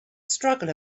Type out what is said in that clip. struggle